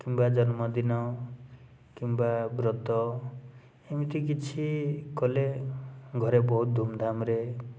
କିମ୍ବା ଜନ୍ମଦିନ କିମ୍ବା ବ୍ରତ ଏମିତି କିଛି କଲେ ଘରେ ବହୁତ ଧୁମଧାମ୍ରେ